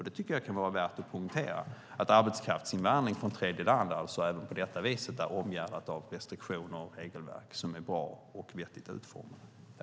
Det kan vara värt att poängtera att arbetskraftsinvandring från tredjeland alltså även på detta vis är omgärdad av restriktioner och regelverk som är bra och vettigt utformade.